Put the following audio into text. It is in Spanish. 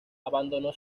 abandonó